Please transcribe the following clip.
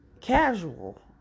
casual